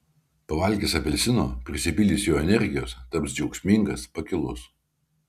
pavalgęs apelsino prisipildys jo energijos taps džiaugsmingas pakilus